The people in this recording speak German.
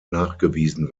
nachgewiesen